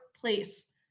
place